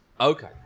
Okay